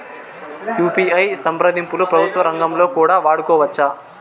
UPI సంప్రదింపులు ప్రభుత్వ రంగంలో కూడా వాడుకోవచ్చా?